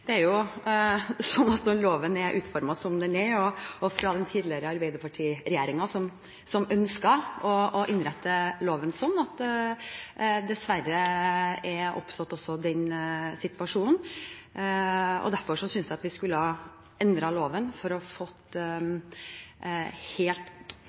Når loven er utformet som den er – av den tidligere Arbeiderparti-regjeringen, som ønsket å innrette loven sånn – er denne situasjonen dessverre oppstått. Derfor synes jeg vi skulle endret loven for å